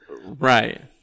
right